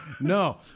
No